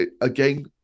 again